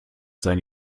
seine